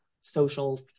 social